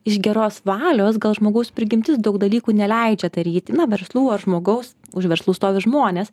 iš geros valios gal žmogaus prigimtis daug dalykų neleidžia daryti na verslų ar žmogaus už verslų stovi žmonės